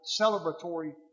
celebratory